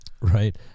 right